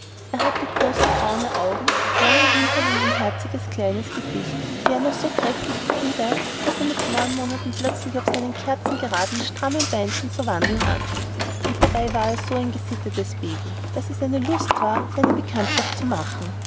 er hatte große braune augen lange wimpern und ein herziges kleines gesicht ferner so kräftige glieder daß er mit neun monaten plötzlich auf seinen kerzengeraden strammen beinchen zu wandeln anfing und dabei war er ein so gesittetes baby daß es eine lust war seine bekanntschaft zu machen